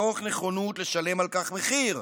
תוך נכונות לשלם על כך מחיר,